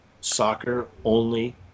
soccer-only